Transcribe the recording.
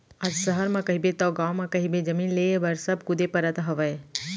आज सहर म कहिबे तव गाँव म कहिबे जमीन लेय बर सब कुदे परत हवय